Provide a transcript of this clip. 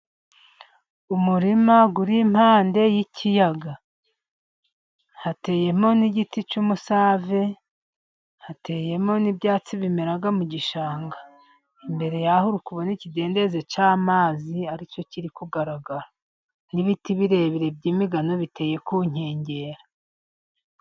Umurima uri impande y'ikiyaga hateyemo n'igiti cy'umusave, hateyemo n'ibyatsi bimera mu gishanga, imbere yaho uri kubona n'ikidendezi cy'amazi aricyo kiri kugaragara n'ibiti birebire by'imigano biteye kukengera.